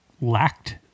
lacked